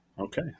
Okay